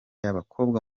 y’abakobwa